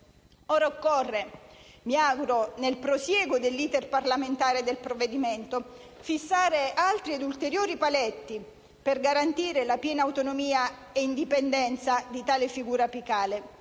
Ora occorre - mi auguro nel prosieguo dell'*iter* parlamentare del provvedimento - fissare ulteriori paletti per garantire la piena autonomia e indipendenza di tale figura apicale,